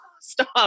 stop